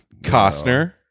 Costner